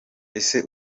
ese